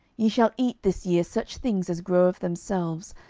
ye shall eat this year such things as grow of themselves,